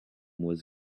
was